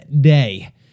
day